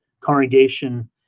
congregation